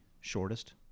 shortest